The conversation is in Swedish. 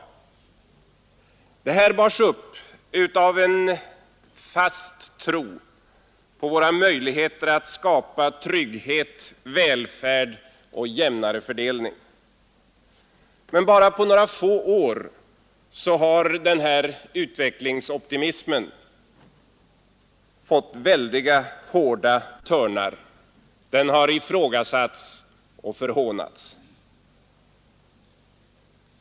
Denna inställning bars upp av en fast tro på våra möjligheter att skapa trygghet, välfärd och jämnare fördelning. Men bara på några få år har denna utvecklingsoptimism fått hårda törnar. Den har ifrågasatts och förhånats.